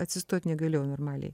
atsistot negalėjau normaliai